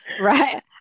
Right